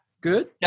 Good